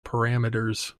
parameters